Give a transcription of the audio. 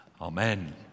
Amen